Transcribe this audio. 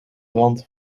rand